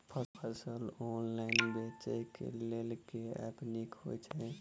फसल ऑनलाइन बेचै केँ लेल केँ ऐप नीक होइ छै?